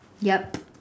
yup